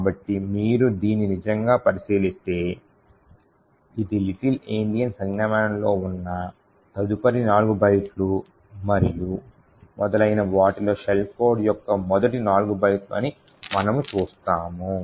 కాబట్టి మీరు దీన్ని నిజంగా పరిశీలిస్తే ఇది Little Endian సంజ్ఞామానంలో ఉన్న తదుపరి నాలుగు బైట్లు మరియు మొదలైన వాటిలో షెల్ కోడ్ యొక్క మొదటి నాలుగు బైట్లు అని మనము చూస్తాము